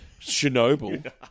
Chernobyl